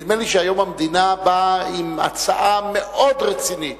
נדמה לי שהיום המדינה באה עם הצעה מאוד רצינית.